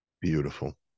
Beautiful